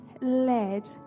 led